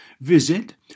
Visit